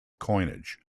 coinage